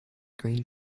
green